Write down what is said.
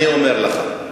אני שואל את